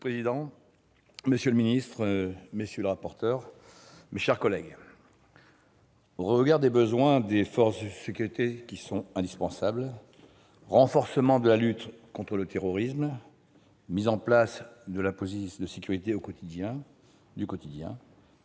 Monsieur le président, monsieur le secrétaire d'État, madame, messieurs les rapporteurs, mes chers collègues, au regard des besoins des forces de sécurité qui sont indispensables- renforcement de la lutte contre le terrorisme, mise en place de la police de sécurité du quotidien